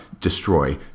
destroy